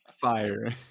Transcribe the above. Fire